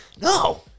no